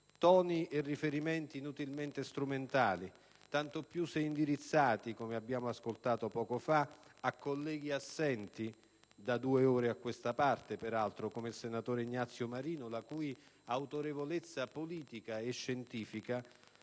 toni e riferimenti inutilmente strumentali, tanto più se indirizzati, come abbiamo ascoltato poco fa, a colleghi assenti (peraltro da due ore a questa parte), come il senatore Ignazio Marino, la cui autorevolezza politica e scientifica